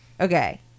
okay